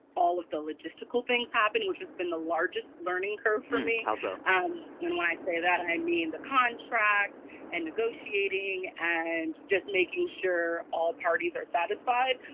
all of the logistical things happened, which has been the largest learning curve for me how so? um when when i say that, i mean the contract and negotiating and just making sure all parties are satisfied.